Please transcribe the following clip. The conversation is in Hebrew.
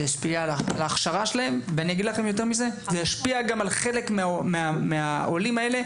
על הכשרתם וגם על חלק מהעולים האלה,